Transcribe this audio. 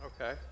Okay